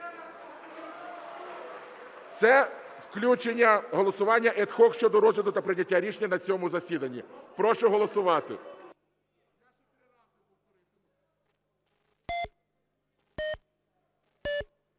Це включення голосування ad hoc щодо розгляду та прийняття рішення на цьому засіданні. Прошу голосувати.